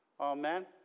Amen